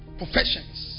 professions